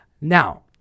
Now